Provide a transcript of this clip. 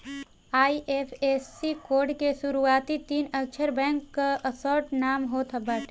IFSC code के शुरूआती तीन अक्षर बैंक कअ शार्ट नाम होत बाटे